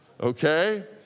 Okay